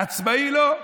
עצמאי לא.